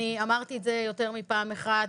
אני אמרתי את זה יותר מפעם אחת.